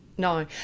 No